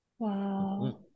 Wow